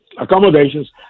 accommodations